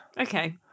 Okay